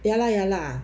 ya lah ya lah